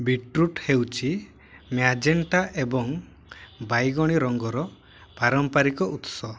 beetroot ହେଉଛି magenta ଏବଂ ବାଇଗଣୀ ରଙ୍ଗର ପାରମ୍ପରିକ ଉତ୍ସ